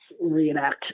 reenact